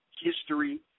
history